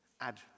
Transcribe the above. add